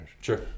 Sure